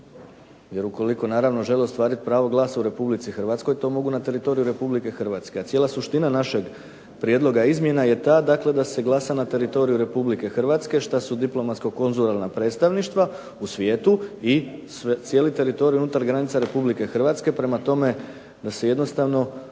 Jer ukoliko naravno žele ostvariti pravo glasa u RH to mogu na teritoriju RH. A cijela suština našeg prijedloga izmjena je ta dakle da se glasa na teritoriju RH što su diplomatsko-konzularna predstavništva u svijetu i cijeli teritorij unutar granica RH. Prema tome da se jednostavno